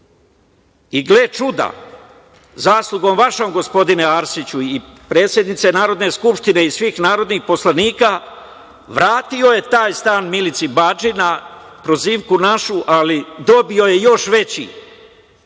i gle čuda zaslugom vašom, gospodine Arsiću i predsednice Narodne skupštine i svih narodnih poslanika vratio je taj stan Milici Badži na prozivku našu, ali dobio je još